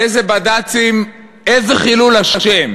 איזה בד"צים, איזה חילול השם,